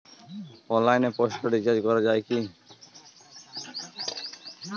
অনলাইনে postpaid recharge করা যায় কি?